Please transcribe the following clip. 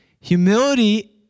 Humility